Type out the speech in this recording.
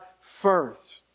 first